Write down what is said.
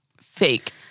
fake